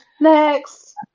Next